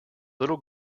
little